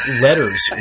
letters